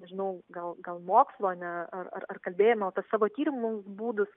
nežinau gal gal mokslo ne ar kalbėjimo apie savo tyrimų būdus